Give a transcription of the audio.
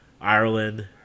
Ireland